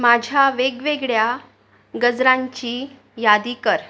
माझ्या वेगवेगळ्या गजरांची यादी कर